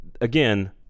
Again